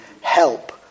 Help